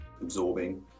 absorbing